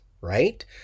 right